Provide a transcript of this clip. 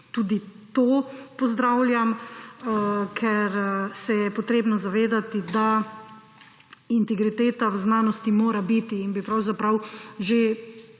Tudi to pozdravljam, ker se je potrebno zavedati, da integriteta v znanosti mora biti in bi pravzaprav že